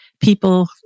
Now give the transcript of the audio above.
people